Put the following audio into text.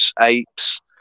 apes